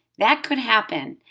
that could happen.